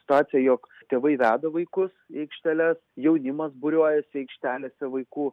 situaciją jog tėvai veda vaikus į aikšteles jaunimas būriuojasi aikštelėse vaikų